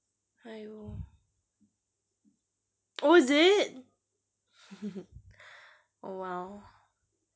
!haiyo! oh is it oh !wow!